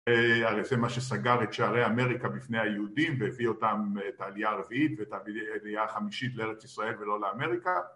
הרי זה מה שסגר את שערי אמריקה בפני היהודים והביא אותם את העלייה הרביעית ואת העלייה החמישית לארץ ישראל ולא לאמריקה